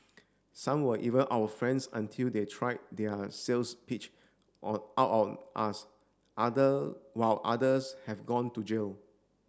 some were even our friends until they tried their sales pitch or out on us other while others have gone to jail